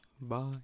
Bye